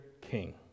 king